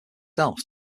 himself